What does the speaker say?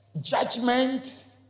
judgment